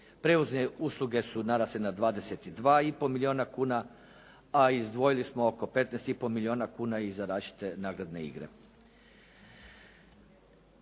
Prijevozne usluge su narasle na 22,5 milijuna kuna, a izdvojili smo oko 15,5 milijuna kuna i za različite nagradne igre.